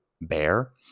bear